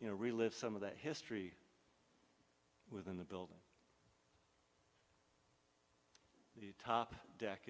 you know relive some of the history within the building the top deck